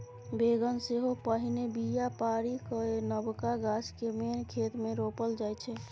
बेगन सेहो पहिने बीया पारि कए नबका गाछ केँ मेन खेत मे रोपल जाइ छै